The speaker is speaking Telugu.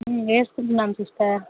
మ్మ్ వేసుకుంటున్నాను సిస్టర్